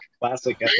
classic